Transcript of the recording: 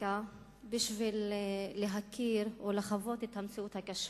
וסטטיסטיקה בשביל להכיר או לחוות את המציאות הקשה.